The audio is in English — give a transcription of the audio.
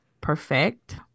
perfect